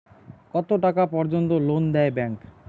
কত টাকা পর্যন্ত লোন দেয় ব্যাংক?